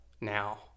Now